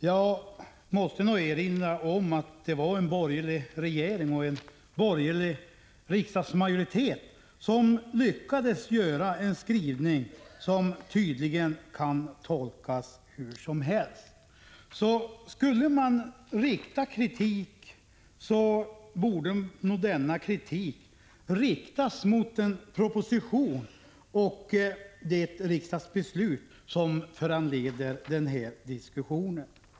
Jag måste nog erinra om att det var en borgerlig regering och en borgerlig riksdagsmajoritet som lyckades göra en skrivning som tydligen kan tolkas hur som helst. Skulle man framföra kritik, så borde nog denna kritik riktas mot den proposition och det riksdagsbeslut som föranleder den här debatten.